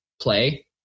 play